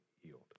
healed